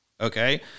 okay